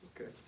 Okay